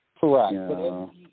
Correct